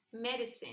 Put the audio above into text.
medicine